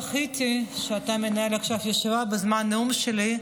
זכיתי שאתה מנהל עכשיו את הישיבה בזמן הנאום שלי.